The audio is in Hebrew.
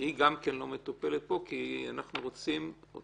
היא גם כן לא מטופלת פה כי אנחנו רוצים שיהיה